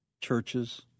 churches